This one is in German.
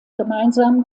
gemeinsam